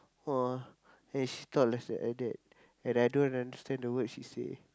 ah and she talk less like that and I don't understand a word she say